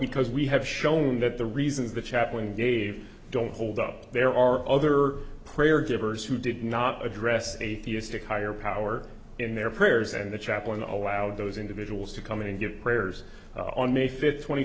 because we have shown that the reasons the chaplain gave don't hold up there are other prayer givers who did not address atheistic higher power in their prayers and the chaplain allowed those individuals to come in and give prayers on may fifth twenty